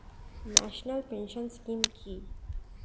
National pension scheme কি?